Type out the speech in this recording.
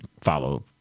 follow